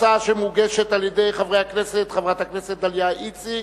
הצעה שמוגשת על-ידי חברת הכנסת דליה איציק,